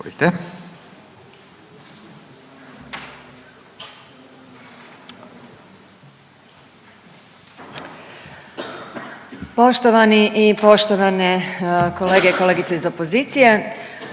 Poštovani i poštovane kolege i kolegice iz opozicije,